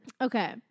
Okay